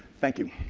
thank you.